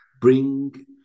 bring